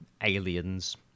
aliens